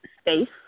space